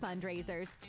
fundraisers